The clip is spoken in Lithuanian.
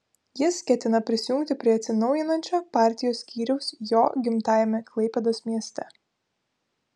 jis ketina prisijungti prie atsinaujinančio partijos skyriaus jo gimtajame klaipėdos mieste